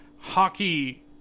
hockey